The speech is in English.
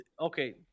okay